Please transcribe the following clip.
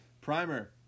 Primer